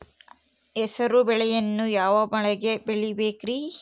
ಹೆಸರುಬೇಳೆಯನ್ನು ಯಾವ ಮಳೆಗೆ ಬೆಳಿಬೇಕ್ರಿ?